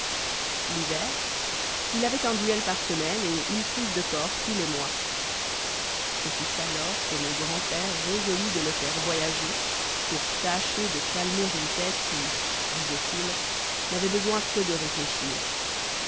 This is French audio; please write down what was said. l'hiver il avait un duel par semaine et une prise de corps tous les mois ce fut alors que mon grand-père résolut de le faire voyager pour tâcher de calmer une tête qui disait-il n'avait besoin que de réfléchir